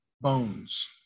bones